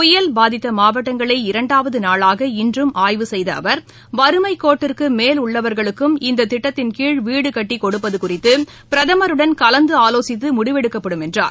புயல் பாதித்த மாவட்டங்களை இரண்டாவது நாளாக இன்றும் ஆய்வு செய்த அவர் வறுமைக் கோட்டிற்கு மேல் உள்ளவர்களுக்கும் இந்த திட்டத்தின்கீழ் வீடு கட்டிக் கொடுப்பது குறித்து பிரதமருடன் கலந்தாலோசித்து முடிவெடுக்கப்படும் என்றார்